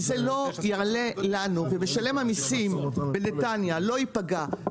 אם זה לא יעלה למשלם המיסים בנתניה לא ייפגע,